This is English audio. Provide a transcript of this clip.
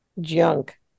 junk